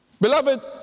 Beloved